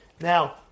Now